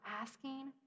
asking